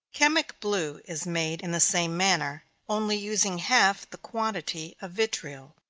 chemic blue is made in the same manner, only using half the quantity of vitriol.